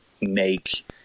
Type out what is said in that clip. make